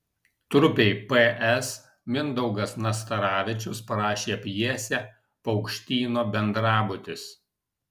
trupei ps mindaugas nastaravičius parašė pjesę paukštyno bendrabutis